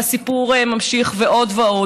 והסיפור נמשך ועוד ועוד.